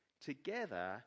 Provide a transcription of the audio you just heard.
together